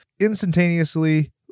Instantaneously